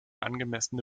angemessene